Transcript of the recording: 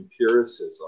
empiricism